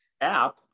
app